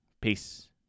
Peace